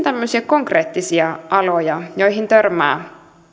tämmöisiä konkreettisia aloja joihin törmää